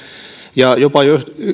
ja jopa